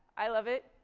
i love it.